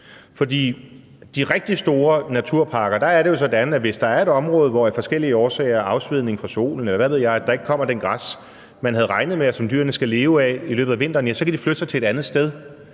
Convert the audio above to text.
For i de rigtig store naturparker, er det jo sådan, at hvis der er et område, hvor der af forskellige årsager – afsvedning fra solen, eller hvad ved jeg – ikke kommer det græs, man havde regnet med, og som dyrene skal leve af i løbet af vinteren, så kan de flytte sig til et andet sted.